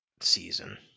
season